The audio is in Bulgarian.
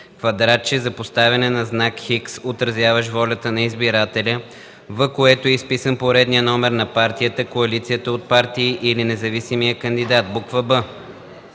квадратче за поставяне на знак „X”, отразяващ волята на избирателя, в което е изписан поредният номер на партията, коалицията от партии или независимия кандидат;” б)